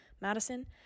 Madison